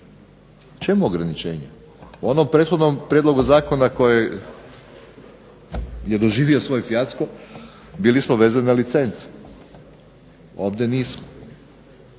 Čemu ograničenje? U onom prethodnom prijedlogu zakona koji je doživio svoj fijasko, bili smo vezani na licence. Ovdje nismo.